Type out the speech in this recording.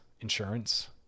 insurance